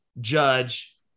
judge